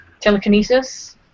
Telekinesis